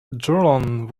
garland